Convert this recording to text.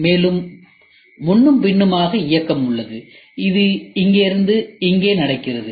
மேலும் முன்னும் பின்னுமாக இயக்கம் உள்ளது இது இங்கிருந்து இங்கே நடக்கிறது